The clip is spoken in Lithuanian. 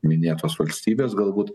minėtos valstybės galbūt